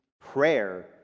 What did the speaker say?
prayer